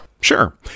Sure